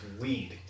weed